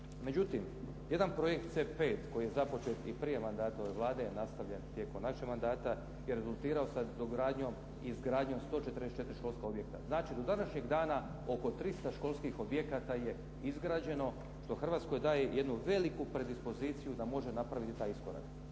Međutim, jedan projekt C5 koji je započet i prije mandata ove Vlade je nastavljen tijekom našeg mandata je rezultirao sa dogradnjom i izgradnjom 144 školska objekta. Znači, do današnjeg dana oko 300 školskih objekata je izgrađeno što Hrvatskoj daje jednu veliku predispoziciju da može napraviti taj iskorak.